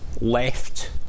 left